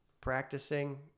practicing